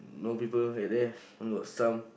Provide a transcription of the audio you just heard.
no people right there only got some